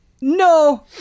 No